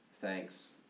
Thanks